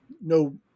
No